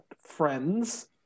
friends